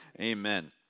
amen